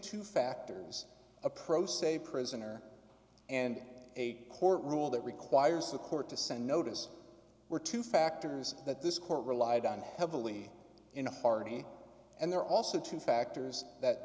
two factors a pro se prisoner and a court rule that requires the court to send notice were two factors that this court relied on heavily in a party and there are also two factors that